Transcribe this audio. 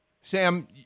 Sam